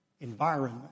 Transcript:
environment